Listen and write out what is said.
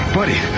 buddy